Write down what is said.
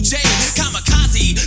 Kamikaze